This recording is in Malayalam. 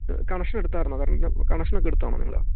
കണക്ഷനെടുത്തായിരുന്നോ കാര്യം കണക്ഷനൊക്കെ എടുത്തതാണോ നിങ്ങള്